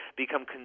become